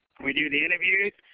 we do the interview,